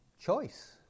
choice